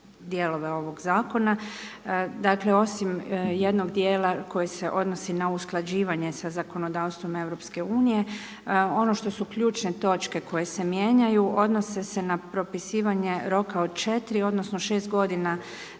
dijelove ovog zakona. Dakle osim jednog dijela koji se odnosi na usklađivanje sa zakonodavstvom EU, ono što su ključne točke koje se mijenjaju odnose se na propisivanje roka od 4 odnosno 6 godina